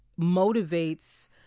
motivates